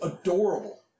adorable